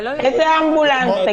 איזה אמבולנס?